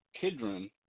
Kidron